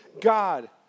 God